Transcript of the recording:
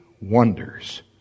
wonders